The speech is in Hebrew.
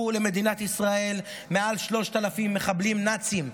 למדינת ישראל מעל 3,000 מחבלים נאצים,